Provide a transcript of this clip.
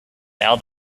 now